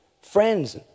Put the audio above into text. friends